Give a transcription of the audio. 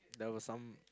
there were some